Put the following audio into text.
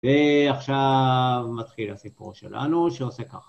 ועכשיו מתחיל הסיפור שלנו שעושה ככה.